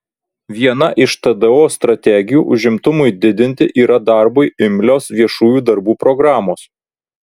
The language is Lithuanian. viena iš tdo strategijų užimtumui didinti yra darbui imlios viešųjų darbų programos